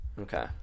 Okay